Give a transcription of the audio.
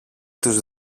τους